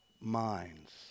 minds